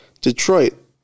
Detroit